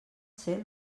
ser